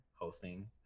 hosting